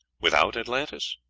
without atlantis?